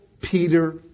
Peter